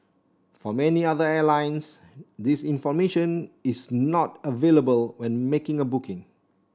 for many other airlines this information is not available when making a booking